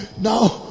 now